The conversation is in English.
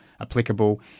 applicable